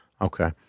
Okay